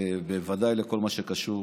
בוודאי בכל מה שקשור